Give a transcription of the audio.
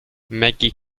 maggie